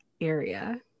area